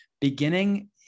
beginning